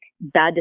bad